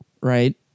right